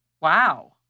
Wow